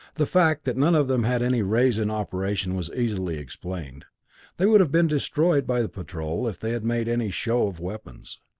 the fact that none of them had any rays in operation was easily explained they would have been destroyed by the patrol if they had made any show of weapons.